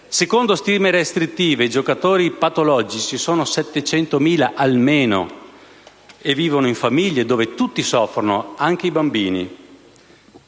Secondo stime restrittive, i giocatori patologici sono 700.000 almeno e vivono in famiglie dove tutti soffrono, anche i bambini.